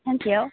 सानसेयाव